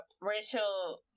rachel